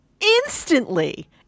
Instantly